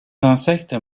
insectes